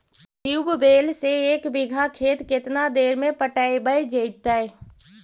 Tubewell से एक बिघा खेत केतना देर में पटैबए जितै?